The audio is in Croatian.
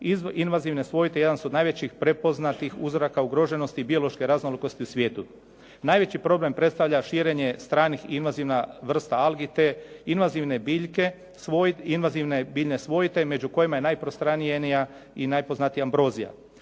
Invazivne svojte jedan su od najvećih prepoznatih uzoraka ugroženosti biološke raznolikosti u svijetu. Najveći problem predstavlja širenje stranih i invazivna vrsta algi, te invazivne biljne svojte među kojima je najprostranjenija i najpoznatija ambrozija.